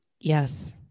Yes